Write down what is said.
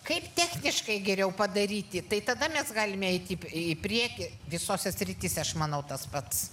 kaip techniškai geriau padaryti tai tada mes galime eiti į prie į priekį visose srityse aš manau tas pats